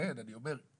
ולכן אני אומר,